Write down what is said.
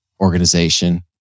organization